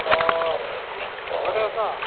অঁ ঘৰতে আছা